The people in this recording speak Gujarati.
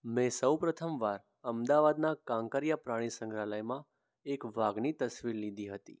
મેં સૌ પ્રથમવાર અમદાવાદના કાંકરિયા પ્રાણી સંગ્રહાલયમાં એક વાઘની તસવીર લીધી હતી